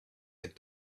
had